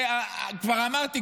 כבר אמרתי,